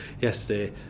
yesterday